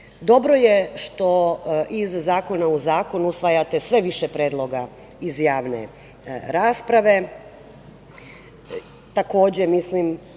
Dobro je što iz zakona u zakon usvajate sve više predloga iz javne rasprave.